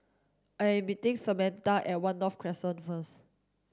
I'm meeting Samatha at One North Crescent first